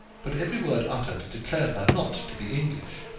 but every word uttered declared her not to be english.